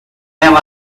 never